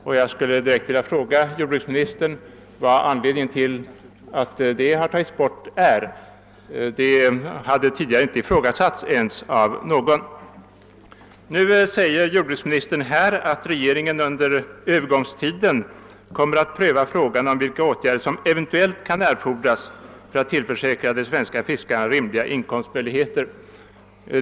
Jag vill ställa den direkta frågan till jordbruksministern vad anledningen är till att det har tagis bort nu. Det har tidigare inte ens ifrågasatts av någon. Jordbruksministern säger i svaret att regeringen kommer att >använda övergångstiden till att pröva frågan om vilka åtgärder som eventuellt kan erfordras för att tillförsäkra de svenska fiskarna rimliga inkomstmöjligheter>.